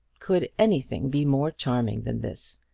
could anything be more charming than this?